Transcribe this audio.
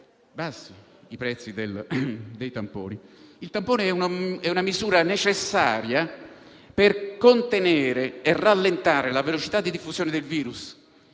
bassi i prezzi dei tamponi. Si tratta di una misura necessaria per contenere e rallentare la velocità di diffusione del virus.